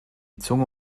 zunge